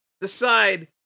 decide